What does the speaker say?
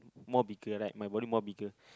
more bigger right my body more bigger